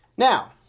Now